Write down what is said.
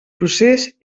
procés